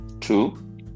Two